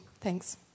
Thanks